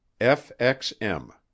FXM